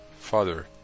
Father